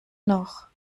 noch